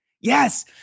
Yes